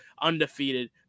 undefeated